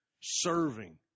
serving